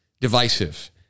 divisive